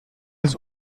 des